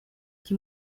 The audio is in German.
die